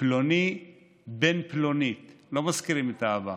פלוני בן פלונית, לא מזכירים את האבא,